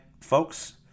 folks